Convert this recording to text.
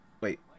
Wait